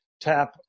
tap